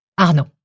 Arnaud